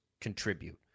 contribute